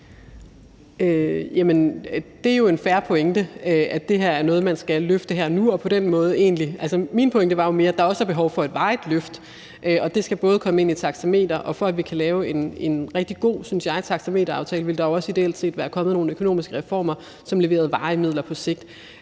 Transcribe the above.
Det er jo en fair pointe, at det her er noget, man skal løfte her og nu. Min pointe var jo mere, at der også er behov for et varigt løft, og at det skal komme ind i taxameteret. Og for at vi kan lave en rigtig god taxameteraftale, vil der jo også, synes jeg, ideelt set være kommet nogle økonomiske reformer, som leverer varige midler på sigt.